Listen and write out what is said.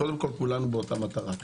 קודם כל כולנו באותה מטרה.